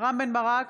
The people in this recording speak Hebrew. רם בן ברק,